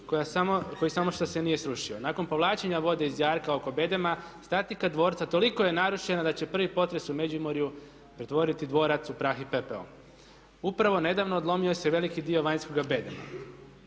koji samo što se nije srušio. Nakon povlačenja vode iz jarka oko bedema statika dvorca toliko je narušena da će prvi potres u Međimurju pretvoriti dvorac u prah i pepeo. Upravo nedavno odlomio se veliki dio vanjskoga bedema.